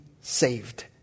saved